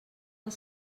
els